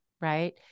right